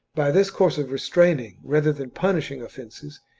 by this course of restraining rather than punishing offences,